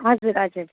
हजुर हजुर